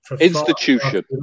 Institution